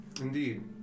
Indeed